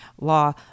law